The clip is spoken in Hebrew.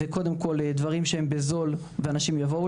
קודם כל דברים שהם בזול ואנשים יבואו